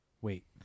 Wait